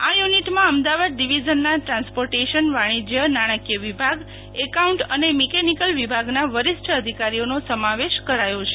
આ યુ નિટમાં અમદાવાદ ડિવિઝનના ટ્રાન્સપોર્ટેશન્ વાણિજ્ય નાણાકીય વિભાગ એકાઉન્ટ અને મિકેનિકલ વિભાગના વરિષ્ઠ અધિકારીઓનો સમાવેશ કરાયો છે